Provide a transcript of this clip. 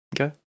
okay